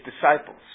disciples